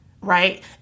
right